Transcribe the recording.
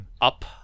Up